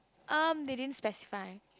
um they didn't specify